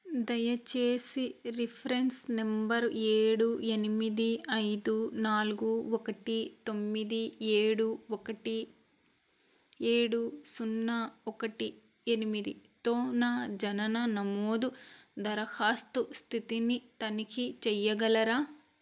దయచేసి reference number ఏడు ఎనిమిది ఐదు నాలుగు ఒకటి తొమ్మిది ఏడు ఒకటి ఏడు సున్నా ఒకటి ఎనిమిదితో నా జనన నమోదు దరఖాస్తు స్థితిని తనిఖీ చేయగలరా